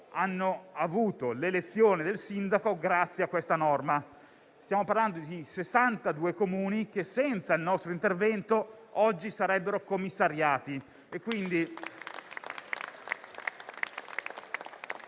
hanno avuto l'elezione del sindaco grazie a questa norma; stiamo parlando di 62 Comuni che senza il nostro intervento oggi sarebbero commissariati.